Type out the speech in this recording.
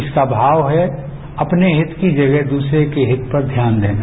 इसका भाव है अपने हित की जगह दूसरे के हित पर ध्यान देना